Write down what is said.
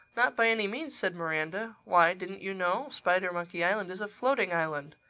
not by any means, said miranda. why, didn't you know spidermonkey island is a floating island.